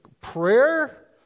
Prayer